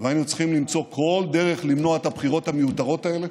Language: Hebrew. והיינו צריכים למצוא כל דרך למנוע את הבחירות המיותרות האלה.